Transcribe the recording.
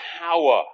power